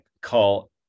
call